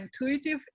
intuitive